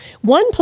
One